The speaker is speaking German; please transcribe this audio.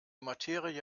materie